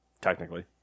Technically